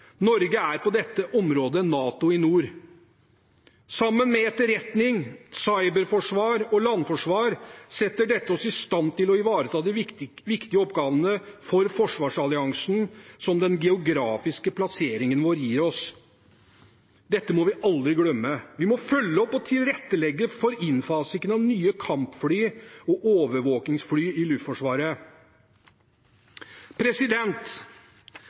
Norge er på dette området NATO i nord. Sammen med etterretning, cyberforsvar og landforsvar setter dette oss i stand til å ivareta de viktige oppgavene for forsvarsalliansen som den geografiske plasseringen vår gir oss. Dette må vi aldri glemme. Vi må følge opp og tilrettelegge for innfasing av nye kampfly og overvåkingsfly i Luftforsvaret.